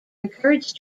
encouraged